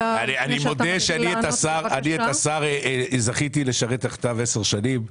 את השר זכיתי לשרת תחתיו 10 שנים,